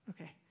okay